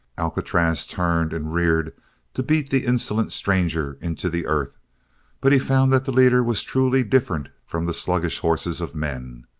alcatraz turned and reared to beat the insolent stranger into the earth but he found that the leader was truly different from the sluggish horses of men.